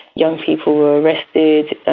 young people were arrested,